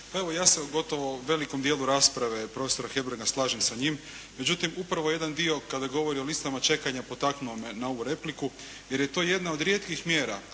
Evo, ja sam u gotovo velikom dijelu rasprave profesora Hebranga slažem sa njim. Međutim, upravo jedan dio kada govori o listama čekanja potaknuo me na ovu repliku jer je to jedna od rijetkih mjera